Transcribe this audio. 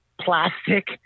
plastic